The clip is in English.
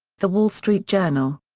the wall street journal.